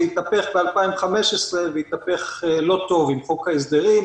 זה התהפך ב-2015 והתהפך לא טוב עם חוק ההסדרים,